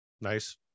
Nice